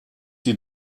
die